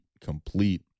complete